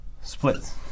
splits